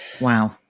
Wow